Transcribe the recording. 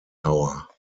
tower